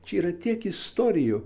čia yra tiek istorijų